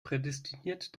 prädestiniert